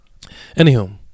Anywho